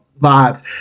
vibes